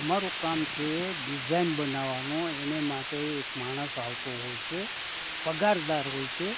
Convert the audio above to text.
અમારું કામ છે ડિઝાઇન બનાવવાનું એને માટે એક માણસ આવતો હોય છે પગારદાર હોય છે